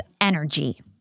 energy